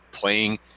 playing